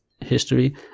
history